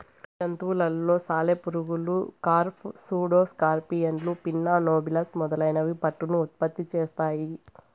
జంతువులలో సాలెపురుగులు, కార్ఫ్, సూడో స్కార్పియన్లు, పిన్నా నోబిలస్ మొదలైనవి పట్టును ఉత్పత్తి చేస్తాయి